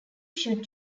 should